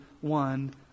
one